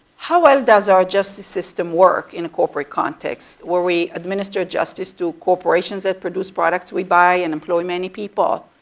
how well does our justice system work in a corporate context where we administer justice to corporations that produce products we buy and employ many people?